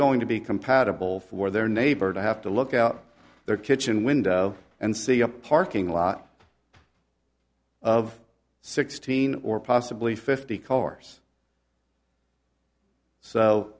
going to be compatible for their neighbor to have to look out their kitchen window and see a parking lot of sixteen or possibly fifty cars so